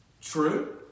True